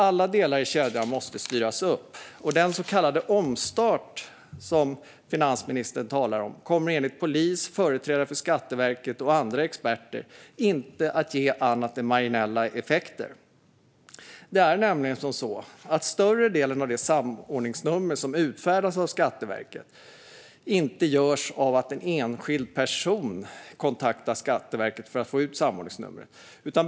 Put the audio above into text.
Alla delar i kedjan måste styras upp. Den så kallade omstart som finansministern talar om kommer enligt polisen, företrädare för Skatteverket och andra experter inte att ge annat än marginella effekter. Större delen av samordningsnumren utfärdas nämligen inte på grund av att en enskild person kontaktar Skatteverket för att få ett samordningsnummer.